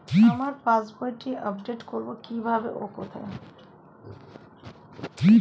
আমার পাস বইটি আপ্ডেট কোরবো কীভাবে ও কোথায়?